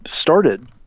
started